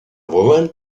woman